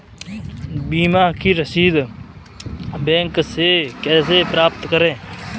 बीमा की रसीद बैंक से कैसे प्राप्त करें?